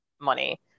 money